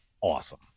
awesome